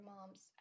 mom's